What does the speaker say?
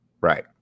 Right